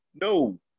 No